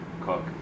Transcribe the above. Cook